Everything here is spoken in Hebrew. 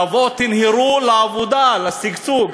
תבואו, תנהרו לעבודה, לשגשוג.